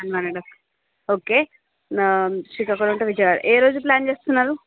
one one and half okay Srikakulam అంటే విజయ ఏ రోజు ప్లాన్ చేస్తున్నారు